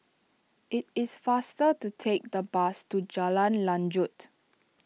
it is faster to take the bus to Jalan Lanjut